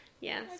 Yes